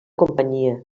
companyia